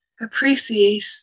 appreciate